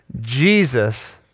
Jesus